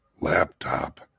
laptop